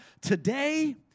today